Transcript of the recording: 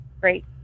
great